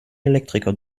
elektriker